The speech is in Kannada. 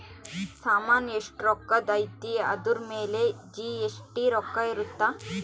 ಸಾಮನ್ ಎಸ್ಟ ರೊಕ್ಕಧ್ ಅಯ್ತಿ ಅದುರ್ ಮೇಲೆ ಜಿ.ಎಸ್.ಟಿ ರೊಕ್ಕ ಇರುತ್ತ